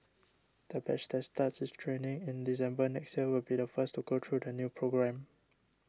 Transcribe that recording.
the batch that starts its training in December next year will be the first to go through the new programme